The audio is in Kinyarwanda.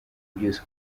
byose